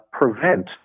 prevent